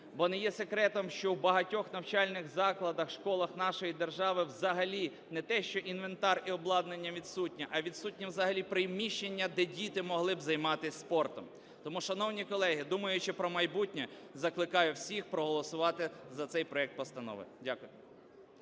Бо не є секретом, що в багатьох навчальних закладах, школах нашої держави, взагалі не те, що інвентар і обладнання відсутнє, а відсутнє взагалі приміщення, де діти могли б займатись спортом. Тому, шановні колеги, думаючи про майбутнє, закликаю всіх проголосувати за цей проект Постанови. Дякую.